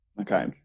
okay